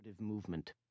movement